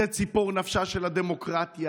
זה ציפור נפשה של הדמוקרטיה,